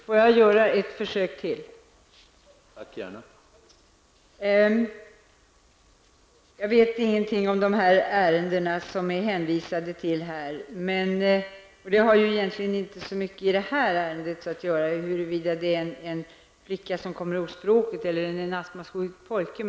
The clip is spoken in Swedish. Herr talman! Får jag göra ett försök till. Jag vet ingenting om de ärenden som Sigge Godin hänvisar till, och det har egentligen inte så mycket med det här ärendet att göra huruvida det handlar om en flicka som har glömt sitt språk eller en astmasjuk pojke.